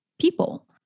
people